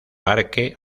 parque